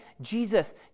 Jesus